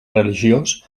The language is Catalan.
religiós